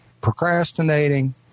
procrastinating